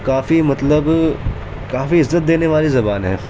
کافی مطلب کافی عزت دینے والی زبان ہے